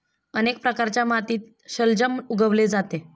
अनेक प्रकारच्या मातीत शलजम उगवले जाते